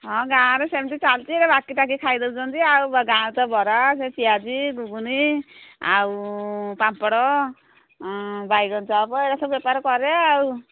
ହଁ ଗାଁରେ ସେମିତି ଚାଲିଛି ବାକି ଫାକି ଖାଇ ଦେଉଛନ୍ତି ଆଉ ଗାଁ ତ ବରା ସେ ପିଆଜି ଗୁଗୁନି ଆଉ ପାମ୍ପଡ଼ ବାଇଗଣ ଚପ୍ ଏଗୁଡ଼ା ସବୁ ବେପାର କରେ ଆଉ